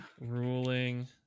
Ruling